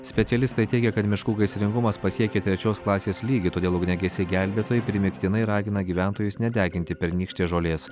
specialistai teigia kad miškų gaisringumas pasiekė trečios klasės lygį todėl ugniagesiai gelbėtojai primygtinai ragina gyventojus nedeginti pernykštės žolės